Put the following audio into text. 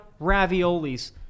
raviolis